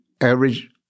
average